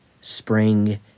spring